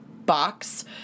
box